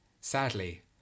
Sadly